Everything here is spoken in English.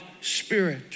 Spirit